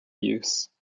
use